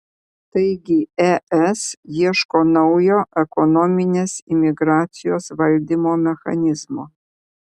taigi es ieško naujo ekonominės imigracijos valdymo mechanizmo